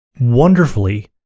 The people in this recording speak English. wonderfully